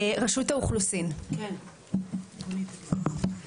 רשות האוכלוסין, רונית.